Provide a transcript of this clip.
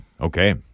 Okay